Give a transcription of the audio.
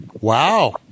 Wow